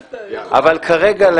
אבל כרגע,